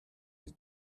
his